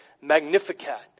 magnificat